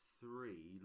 three